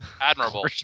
Admirable